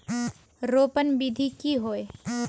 रोपण विधि की होय?